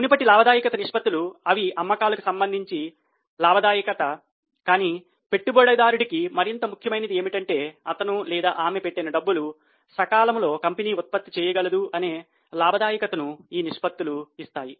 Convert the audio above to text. మునుపటి లాభదాయక నిష్పత్తులు అవి అమ్మకాలకు సంబంధించి లాభదాయకత కానీ పెట్టుబడిదారుడికి మరింత ముఖ్యమైనది ఏమిటంటే అతను లేదా ఆమె పెట్టిన డబ్బులు సకాలంలో కంపెనీ ఉత్పత్తి చేయగలదు అనే లాభదాయకతను ఈ నిష్పత్తులు ఇస్తాయి